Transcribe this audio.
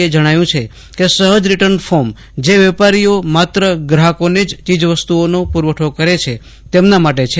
એ જણાવ્યું છે કે સહજ રીટર્ન ફોર્મ જે વેપારીઓ માત્ર ગ્રાહકોને જ ચીજવસ્તુઓનો પુરવઠો કરે છે તેમના માટે છે